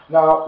Now